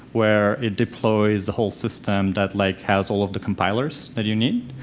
where it deploys the whole system that like, has all of the compilers that you need.